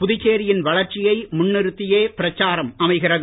புதுச்சேரியின் வளர்ச்சியை முன்நிறுத்தியே பிரச்சாரம் அமைகிறது